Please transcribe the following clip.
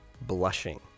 blushing